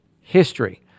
history